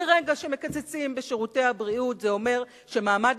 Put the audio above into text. ברגע שמקצצים בשירותי הבריאות זה אומר שמעמד